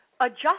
adjust